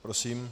Prosím.